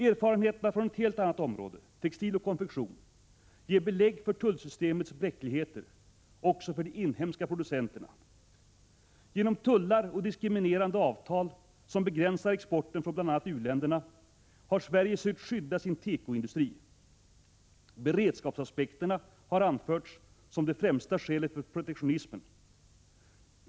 Erfarenheterna från ett helt annat område, textil och konfektion, ger belägg för tullsystemets bräckligheter också för de inhemska producenterna. Genom tullar och diskriminerande avtal som begränsar exporten från bl.a. u-länderna har Sverige sökt skydda sin tekoindustri. Beredskapsaspekterna har anförts som det främsta skälet för protektionismen.